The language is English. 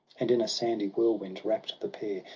and in a sandy whirlwind wrapp'd the pair.